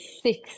six